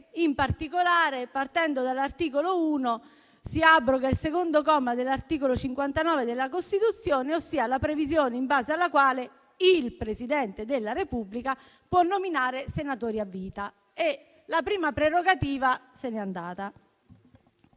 per leggere, partendo dall'articolo 1, che si abroga il secondo comma dell'articolo 59 della Costituzione, ossia la previsione in base alla quale il Presidente della Repubblica può nominare senatori a vita. E la prima prerogativa se ne è andata.